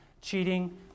cheating